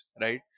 right